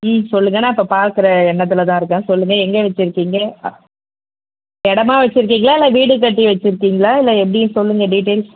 ம் சொல்லுங்கள் நான் இப்போ பார்க்குற எண்ணத்தில்தான் இருக்கேன் சொல்லுங்கள் எங்கே வச்சுருக்கீங்க ஆ இடமா வச்சுருக்கீங்களா இல்லை வீடு கட்டி வச்சுருக்கீங்களா இல்லிய எப்படின்னு சொல்லுங்க டீட்டைல்ஸ்